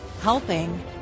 helping